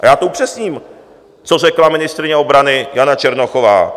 A já to upřesním, co řekla ministryně obrana Jana Černochová.